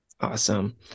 Awesome